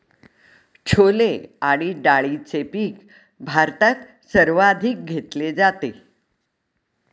छोले आणि डाळीचे पीक भारतात सर्वाधिक घेतले जाते